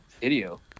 video